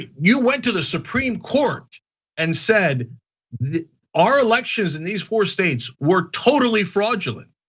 ah you went to the supreme court and said our elections and these four states were totally fraudulent.